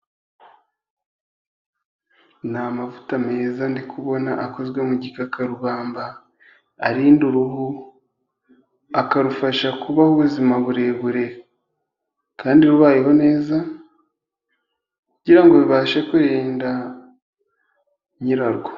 Ni amavuta meza ndi kubona akozwe mu gikakarubamba, arinda uruhu, akarufasha kubaho ubuzima burebure kandi rubayeho neza kugira ngo bibashe kurinda nyirarwo.